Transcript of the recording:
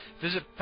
visit